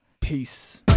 Peace